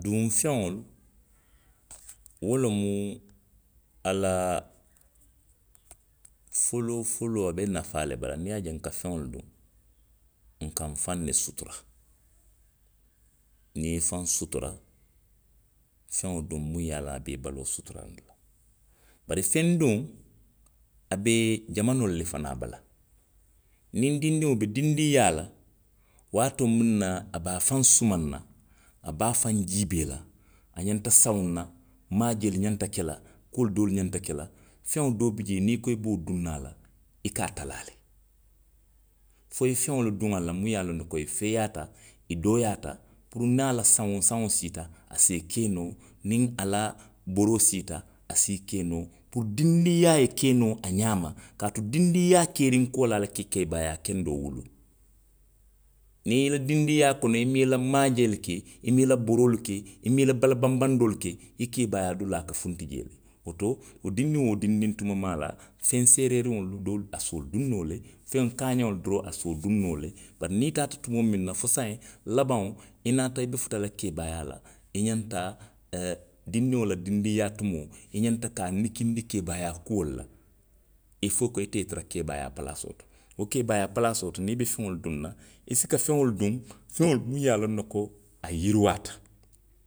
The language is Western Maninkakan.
Duŋ feŋolu. wo lemu a la. foloo foloo a be nafaa le bala. Niŋ i ye a je nka feŋolu duŋ. nka faŋ ne sutura. Niŋ i ye ifaŋ sutura. feŋo duŋ miŋ ye a loŋ ko a be i baloo suturandi la. Bari feŋ duŋo, a be jamanoolu le fanaŋ bala. Niŋ dindiŋo be dindiŋ yaa la. waatoo miŋ a be afaŋ sumaŋ na, i be afaŋ jiibee la. a ňanta sawuwna, maajeelu ňanta ke la, kuolu doolu ňanta ke la. feŋo doo bii jee niŋ i ko i be wo duŋ na a la. i ka a talaa le. Foi ye feŋolu le duŋ a la minnu ye a loŋ ne ko i feeyaata, i dooyaata. puru niŋ a la sawuŋ sawuŋ siita, a se i ke noo, niŋ a la boroo siita. a si i ke noo puru dindiwyaa ye ke noo a ňaama, kaatu dindiŋ yaa keeriŋ koolaa loŋ i ka keebaayaa kendoo wuluu. Niŋ i la dindiwyaa kono i maŋ i la maajeelu ke, i maŋ i la boroolu ke. i maŋ i la bala banbandoolu ke. i keebaayaa dulaa ka funti jee le. Woto wo dindiŋo dindiŋ tuma maa la, feŋ seereeriŋolu doolu, a se wolu duŋ noo le, feŋ kaaňaŋolu doolu, a se wolu duŋ noo le. Bari niŋ i taa tumoo miŋ na fo saayiŋ, labaŋo i naata i be futa la keebaayaa la. i ňanta. aaa dindiŋo la dindiŋ yaa tumoo, i xňanta ka a nikkinndi keebaayaa kuolu la. Ili foo ko ite ye tara keebaayaa palaasoo to. Wo keebaayaa palaasoo to, niŋ i be feŋolu duŋ na. i si ka feŋolu duŋ, feŋolu minnu ye a loŋ ne ko, a yiriwaata.